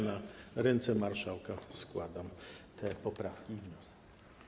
Na ręce marszałka składam te poprawki i wniosek.